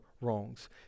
wrongs